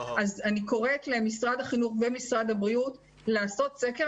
אז אני קוראת למשרד החינוך ולמשרד הבריאות לעשות סקר,